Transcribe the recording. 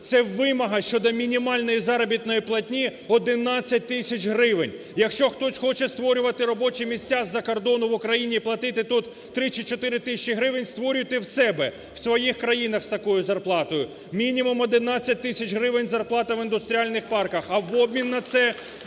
Це вимога щодо мінімальної заробітної платні – 11 тисяч гривень. Якщо хтось хоче створювати робочі місця з-за кордону в Україні і платити тут 3 чи 4 тисячі гривень, створюйте у себе в своїх країнах з такою зарплатою. Мінімум 11 тисяч гривень – зарплата в індустріальних парках, а в обмін на це